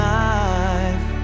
life